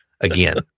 again